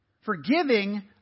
Forgiving